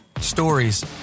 Stories